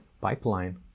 pipeline